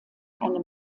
eine